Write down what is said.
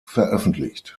veröffentlicht